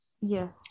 Yes